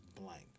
blank